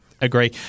Agree